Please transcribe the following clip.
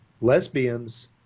Lesbians